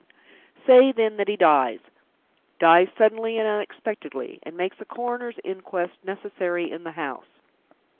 say, then, that he dies dies suddenly and unexpectedly, and makes a coroner's inquest necessary in the house.